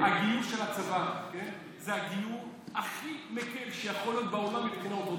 הגיור של הצבא זה הגיור הכי מקל שיכול להיות בעולם מבחינה אורתודוקסית.